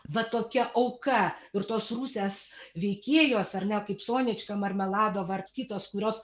va tokia auka ir tos rusės veikėjos ar ne kaip sonička marmeladova ir kitos kurios